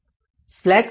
slack value समजू